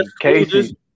Casey